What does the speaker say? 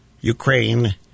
Ukraine